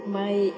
my